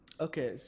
Okay